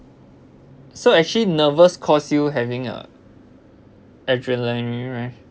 so actually nervous cause you having a adrenaline rush